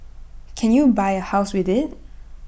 can you buy A house with IT